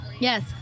Yes